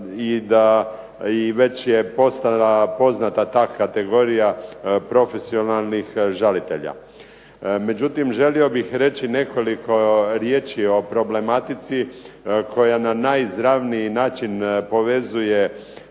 da već je postala poznata ta kategorija profesionalnih žalitelja. Međutim, želio bih reći nekoliko riječi o problematici koja na najizravniji način povezuje